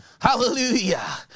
Hallelujah